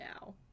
now